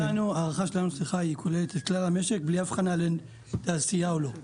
ההערכה שלנו כוללת את כלל המשק בלי הבחנה בין תעשייה או לא.